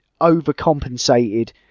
overcompensated